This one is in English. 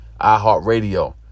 iHeartRadio